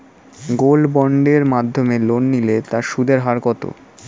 Gold বন্ডের মাধ্যমে loan নিলে তার সুদের হার কত?